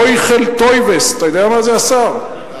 "מויחל טויבס", אתה יודע מה זה, השר?